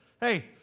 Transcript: Hey